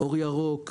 אור ירוק,